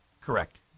Correct